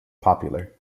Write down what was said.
popular